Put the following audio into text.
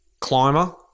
Climber